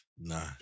Nah